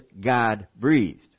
God-breathed